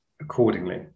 accordingly